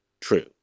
true